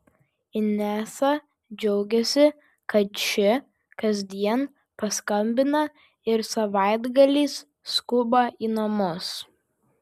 inesa džiaugiasi kad ši kasdien paskambina ir savaitgaliais skuba į namus